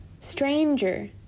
Stranger